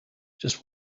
just